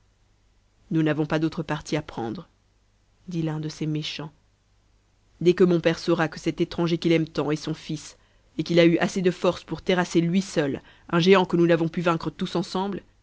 nous n'avons pas d'autre parti à prendre dit l'un de ces méchants dès que mon père saura que cet étranger qu'il aime tant est son fils et qu'il a eu assez de force pour terrasser lui seul un géant que nous n'avons pu vaincre tous ensemble